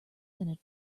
than